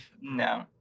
No